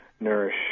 nourish